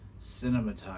cinematography